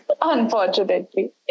Unfortunately